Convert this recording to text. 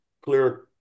clear